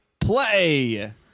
Play